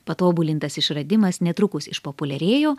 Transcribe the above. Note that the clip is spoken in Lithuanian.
patobulintas išradimas netrukus išpopuliarėjo